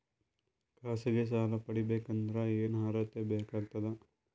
ಖಾಸಗಿ ಸಾಲ ಪಡಿಬೇಕಂದರ ಏನ್ ಅರ್ಹತಿ ಬೇಕಾಗತದ?